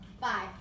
Five